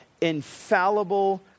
infallible